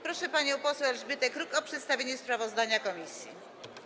Proszę panią poseł Elżbietę Kruk o przedstawienie sprawozdania komisji.